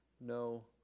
no